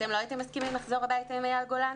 אתם לא הייתם מסכימים לחזור הביתה עם אייל גולן?